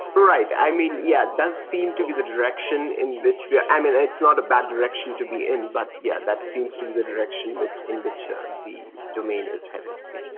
right. i mean, yeah, that seemed to be the direction in which yeah i mean, it's not a bad direction to be in, but yeah, that seems to be the direction in which ah the domain is headed. yeah.